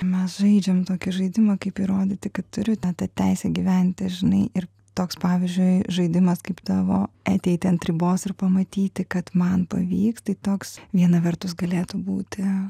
mes žaidžiam tokį žaidimą kaip įrodyti kad turiu tą tą teisę gyventi žinai ir toks pavyzdžiui žaidimas kaip tavo ateiti ant ribos ir pamatyti kad man pavyks tai toks viena vertus galėtų būti